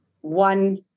one